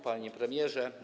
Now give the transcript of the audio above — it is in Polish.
Panie Premierze!